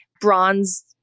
Bronze